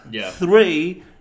Three